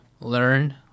learn